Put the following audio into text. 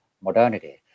modernity